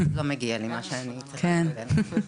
אז לא מגיע לי מה שאני צריכה לקבל.